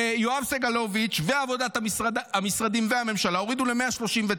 יואב סגלוביץ' ועבודת המשרדים והממשלה הורידו ל-139.